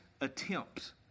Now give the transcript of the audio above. attempts